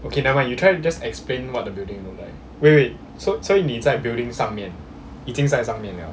okay never mind you try to just explain what the building look like wait wait so 所以你在 building 上面已经在上面了